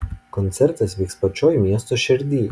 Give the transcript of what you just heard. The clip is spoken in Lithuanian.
koncertas vyks pačioj miesto šerdyj